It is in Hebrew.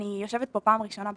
אני יושבת פה פעם ראשונה בכנסת,